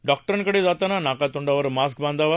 डॉक्टरांकडे जाताना नाकातोंडावर मास्क बांधावा